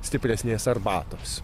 stipresnės arbatos